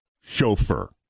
chauffeur